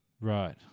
Right